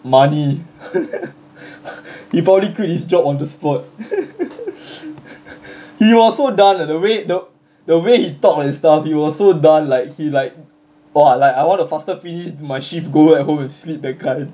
money he'd probably quit his job on the spot he was so done eh the way the the way he talk and stuff he was so done like he like !wah! like I want to faster finish my shift go back home and sleep that kind